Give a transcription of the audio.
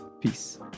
Peace